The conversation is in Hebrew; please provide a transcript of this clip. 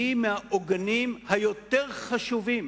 היא מהעוגנים היותר-חשובים